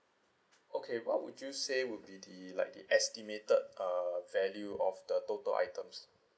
okay what would you say would be the like the estimated uh value of the total items